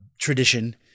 tradition